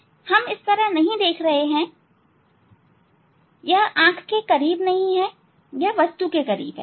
हम इस तरह नहीं देख रहे हैं यह आंख के करीब नहीं है यह वस्तु के करीब है